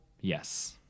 Yes